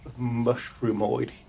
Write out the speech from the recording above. mushroomoid